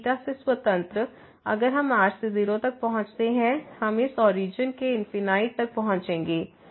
तो ϴ से स्वतंत्र अगर हम r से 0 तक पहुंचते हैं हम इस ओरिजन के इंफिनाइट तक पहुंचेंगे